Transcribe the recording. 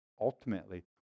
Ultimately